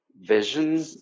vision